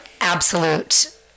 absolute